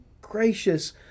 gracious